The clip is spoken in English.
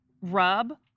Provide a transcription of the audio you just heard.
rub